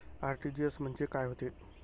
RTGS म्हंजे काय होते?